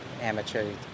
amateur